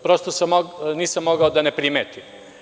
Prosto nisam mogao da ne primetim.